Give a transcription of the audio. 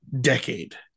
decade